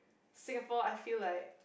Singapore I feel like